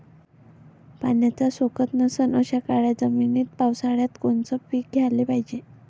पाण्याचा सोकत नसन अशा काळ्या जमिनीत पावसाळ्यात कोनचं पीक घ्याले पायजे?